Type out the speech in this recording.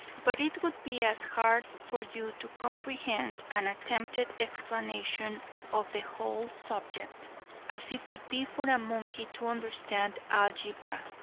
but it would be as hard for you to comprehend an attempted explanation of the whole subject as it would be for a monkey to understand algebra.